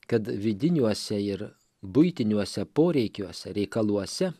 kad vidiniuose ir buitiniuose poreikiuose reikaluose